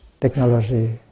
technology